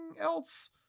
else